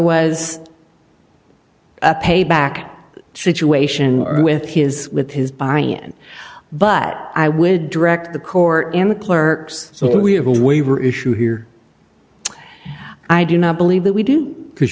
was a payback situation or with his with his buy in but i would direct the court in the clerk's so we have a waiver issue here i do not believe that we do because